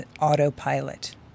autopilot